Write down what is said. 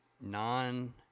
nine